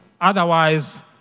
Otherwise